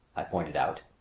i pointed out.